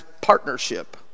partnership